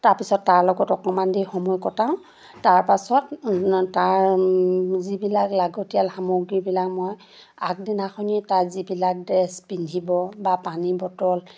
তাৰ পিছত তাৰ লগত অকণমান দেৰি সময় কটাওঁ তাৰ পাছত তাৰ যিবিলাক লাগতিয়াল সামগ্ৰীবিলাক মই আগদিনাখনিয়ে তাৰ যিবিলাক ড্ৰেছ পিন্ধিব বা পানী বটল